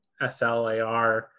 SLAR